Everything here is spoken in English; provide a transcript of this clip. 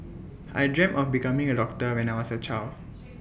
I dreamt of becoming A doctor when I was A child